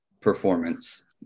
performance